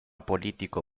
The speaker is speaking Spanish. político